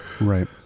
Right